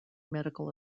medical